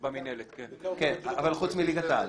אבל חוץ מליגת העל,